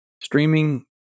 streaming